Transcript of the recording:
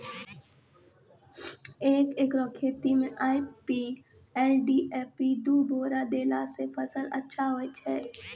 एक एकरऽ खेती मे आई.पी.एल डी.ए.पी दु बोरा देला से फ़सल अच्छा होय छै?